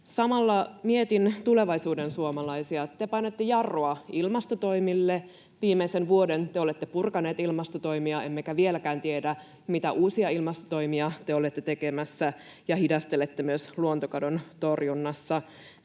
Samalla mietin tulevaisuuden suomalaisia. Te painatte jarrua ilmastotoimille. Viimeisen vuoden te olette purkaneet ilmastotoimia, emmekä vieläkään tiedä, mitä uusia ilmastotoimia te olette tekemässä, ja hidastelette myös luontokadon torjunnassa.